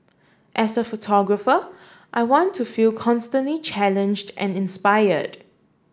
as a photographer I want to feel constantly challenged and inspired